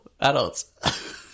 adults